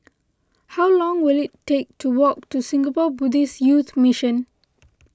how long will it take to walk to Singapore Buddhist Youth Mission